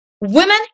Women